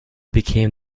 became